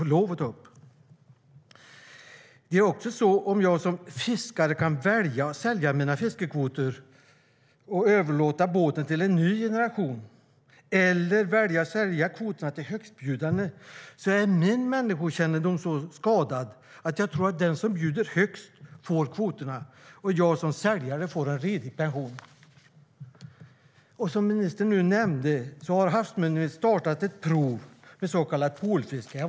Min människokännedom är också så skadad att jag tror detta: Om en fiskare kan välja mellan att sälja sina fiskekvoter och överlåta båten till en ny generation och att sälja kvoterna till högstbjudande kommer den som bjuder högst att få kvoterna. Då får säljaren en redig pension. Som ministern nämnde har Havs och vattenmyndigheten startat ett prov med så kallat polfiske.